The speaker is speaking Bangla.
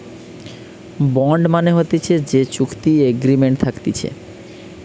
বন্ড মানে হতিছে যে চুক্তি এগ্রিমেন্ট থাকতিছে